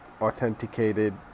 authenticated